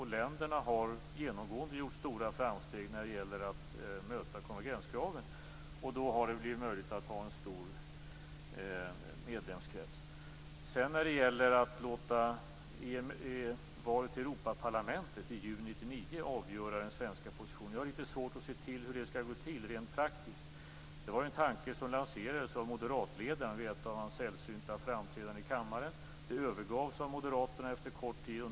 Länderna har genomgående gjort stora framsteg när det gäller att möta konvergenskraven. Därmed har det blivit möjligt att ha en stor medlemskrets. När det gäller detta med att låta valet till Europaparlamentet i juni 1999 avgöra den svenska positionen vill jag säga att jag har litet svårt att se hur det rent praktiskt skall gå till. Det var ju en tanke som lanserades av moderatledaren vid ett av hans sällsynta framträdanden i kammaren och detta övergavs av Moderaterna efter en kort tid.